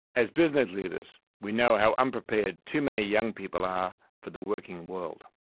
as business leaders, we know how unprepared too many young people are for the working world.